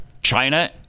China